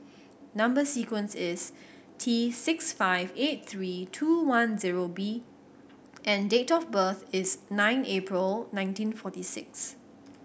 number sequence is T six five eight three two one zero B and date of birth is nine April nineteen forty six